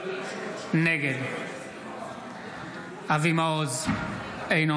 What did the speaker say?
נגד אבי מעוז, אינו